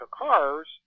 cars